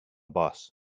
bus